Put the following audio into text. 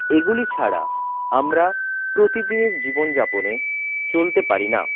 এগুলি ছাড়া আমরা প্রতিদিনের জীবনযাপনে চলতে পারি না